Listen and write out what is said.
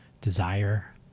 desire